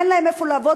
אין להם איפה לעבוד,